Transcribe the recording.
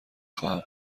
خواهم